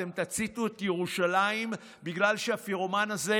אתם תציתו את ירושלים בגלל שהפירומן הזה,